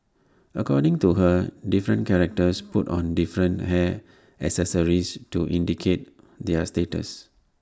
according to her different characters put on different hair accessories to indicate their status